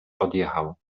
odjechał